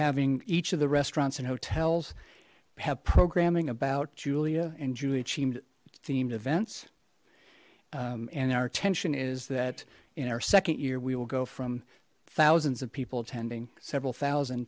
having each of the restaurants and hotels have programming about julia and julia teemed themed events and our attention is that in our second year we will go from thousands of people attending several thousand